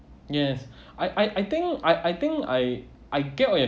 yes I I think I I think I I get what you